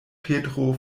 petro